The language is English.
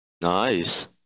Nice